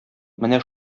менә